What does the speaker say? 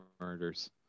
murders